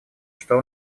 что